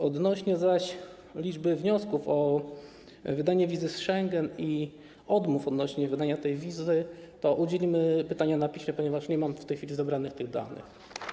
Odnośnie zaś do liczby wniosków o wydanie wizy z Schengen i odmów odnośnie do wydania tej wizy, to udzielimy odpowiedzi na pytanie na piśmie, ponieważ nie mam w tej chwili zebranych tych danych.